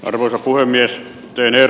arvoisa puhemies peter